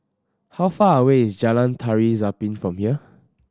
how far away is Jalan Tari Zapin from here